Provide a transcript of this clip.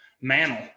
mantle